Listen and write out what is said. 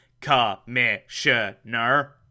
Commissioner